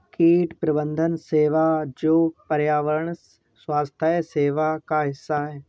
कीट प्रबंधन सेवा जो पर्यावरण स्वास्थ्य सेवा का हिस्सा है